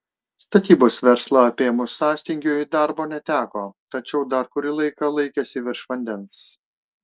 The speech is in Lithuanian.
statybos verslą apėmus sąstingiui darbo neteko tačiau dar kurį laiką laikėsi virš vandens